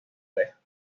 deja